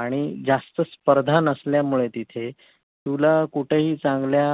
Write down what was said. आणि जास्त स्पर्धा नसल्यामुळे तिथे तुला कुठेही चांगल्या